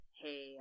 hey